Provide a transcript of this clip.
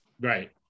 Right